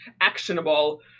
actionable